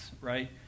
right